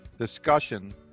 discussion